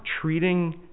treating